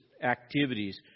activities